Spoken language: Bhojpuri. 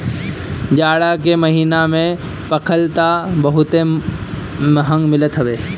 जाड़ा के महिना में परवल तअ बहुते महंग मिलत हवे